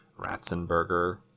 ratzenberger